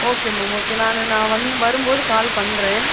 okay ma'am okay நான் நான் வந் வரும் போது நான் கால் பண்ணுறேன்